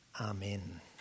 Amen